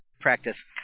practice